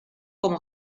como